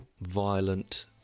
violent